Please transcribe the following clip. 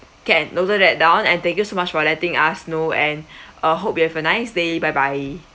can noted that down and thank you so much for letting us know and uh hope you have a nice day bye bye